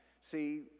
See